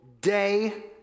day